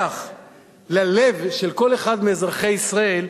ללב של כל אחד מאזרחי ישראל,